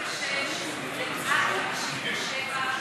הסתייגות 36, גברתי?